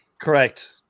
Correct